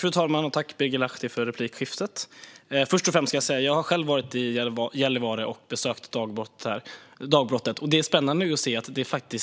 Fru talman! Tack, Birger Lahti, för replikskiftet! Först och främst vill jag säga att jag själv har varit i Gällivare och besökt dagbrottet. Det är spännande att se att mycket